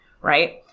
right